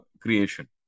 creation